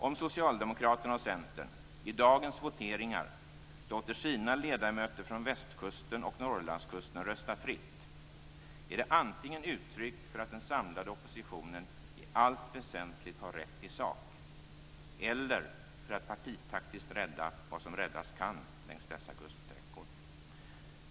Om Socialdemokraterna och Centern i dagens voteringar låter sina ledamöter från Västkusten och Norrlandskusten rösta fritt är det antingen uttryck för att den samlade oppositionen i allt väsentligt har rätt i sak eller för att partitaktiskt rädda vad som räddas kan längs dessa kuststräckor.